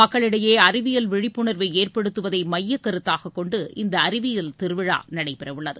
மக்களிடையே அறிவியல் விழிப்புணர்வை ஏற்படுத்துவதை மையக்கருத்தாக கொண்டு இந்த அறிவியல் திருவிழா நடைபெறவுள்ளது